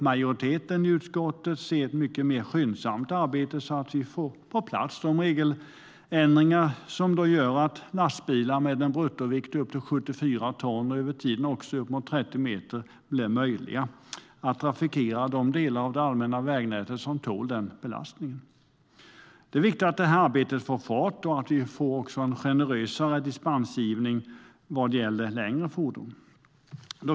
Majoriteten i utskottet vill se ett mycket mera skyndsamt arbete med regeländringar som gör det möjligt för lastbilar med en bruttovikt på upp till 74 ton, över tiden också uppemot 30 meter, att trafikera de delar av det allmänna vägnätet som tål den belastningen. Det är viktigt att det arbetet får fart och att vi får en generösare dispensgivning vad gäller längre fordon.